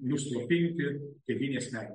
nuslopinti tėvynės meilę